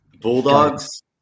Bulldogs